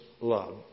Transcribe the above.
love